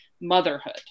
motherhood